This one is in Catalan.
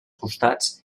costats